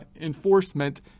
enforcement